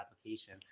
application